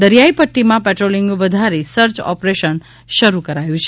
દરિયાઇ પટ્ટીમાં પેટ્રોલિંગ વધારી સર્ચ ઓપરેશન શરૂ કરાયું છે